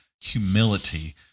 humility